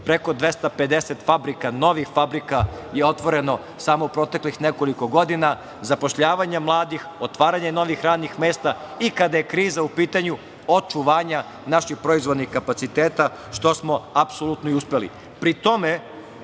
fabrika, novih fabrika je otvoreno samo u proteklih nekoliko godina. Zapošljavanje mladih, otvaranje novih radnih mesta i kada je i kriza u pitanju očuvanje naših proizvodnih kapaciteta, što smo apsolutno i uspeli. Pri